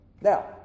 Now